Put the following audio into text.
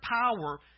power